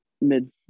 mid